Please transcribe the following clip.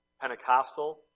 Pentecostal